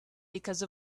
because